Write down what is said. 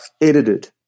edited